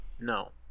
no